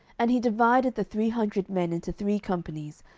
and he divided the three hundred men into three companies,